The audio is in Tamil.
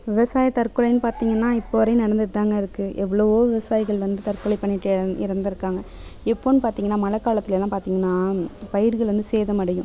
விவசாய தற்கொலைனு பார்த்திங்கனா இப்போ வரையும் நடந்துட்டுதாங்க இருக்குது எவ்ளவோ விவாசாயிகள் வந்து தற்கொலை பண்ணிக்கிட்டு எற இறந்துருக்காங்க எப்போதுனு பார்த்திங்கன்னா மழைகாலத்துலலாம் பார்த்திங்கன்னா பயிர்கள் வந்து சேதம் அடையும்